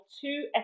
two